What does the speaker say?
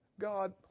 God